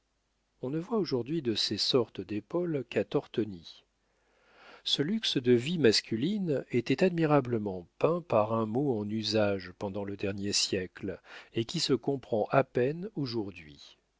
on ne voit aujourd'hui de ces sortes d'épaules qu'à tortoni ce luxe de vie masculine était admirablement peint par un mot en usage pendant le dernier siècle et qui se comprend à peine aujourd'hui